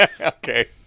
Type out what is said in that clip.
okay